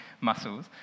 muscles